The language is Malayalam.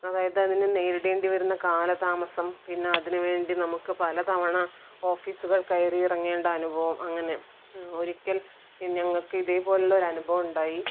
അതായത് അതിൽ നേരിടേണ്ടി വരുന്ന കാലതാമസം പിന്നെ അതിന് വേണ്ടി നമുക്ക് പല തവണ ഓഫീസുകൾ കയറി ഇറങ്ങേണ്ട അനുഭവം അങ്ങനെ ഒരിക്കൽ ഞങ്ങൾക്ക് ഇതേപോലെയുള്ള ഒരു അനുഭവം ഉണ്ടായി